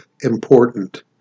important